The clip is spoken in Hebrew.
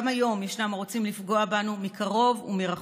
גם היום ישנם הרוצים לפגוע בנו מקרוב ומרחוק.